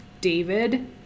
David